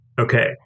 Okay